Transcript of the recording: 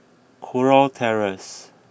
Kurau Terrace